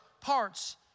parts